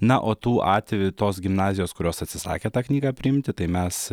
na o tų atvejų tos gimnazijos kurios atsisakė tą knygą priimti tai mes